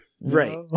Right